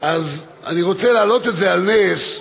אז אני רוצה להעלות את זה על נס,